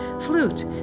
flute